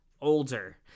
older